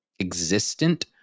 existent